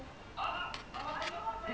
no but I'm seeing so I'm seeing the football team